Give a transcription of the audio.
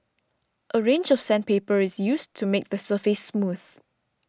a range of sandpaper is used to make the surface smooth